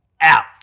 out